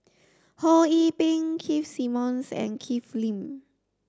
Ho Yee Ping Keith Simmons and Ken Lim